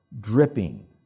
dripping